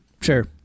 Sure